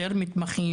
יותר מתמחים,